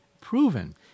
proven